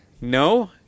no